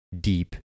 deep